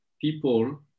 people